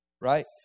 Right